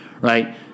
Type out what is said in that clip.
Right